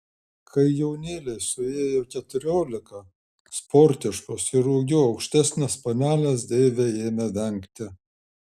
kai jaunėlei suėjo keturiolika sportiškos ir ūgiu aukštesnės panelės deivė ėmė vengti